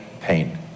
pain